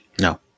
No